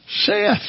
Seth